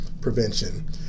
prevention